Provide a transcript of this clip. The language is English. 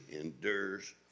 endures